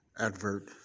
Advert